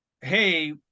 hey